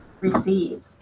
receive